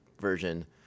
version